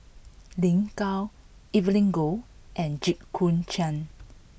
Lin Gao Evelyn Goh and Jit Koon Ch'ng